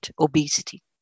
obesity